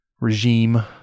regime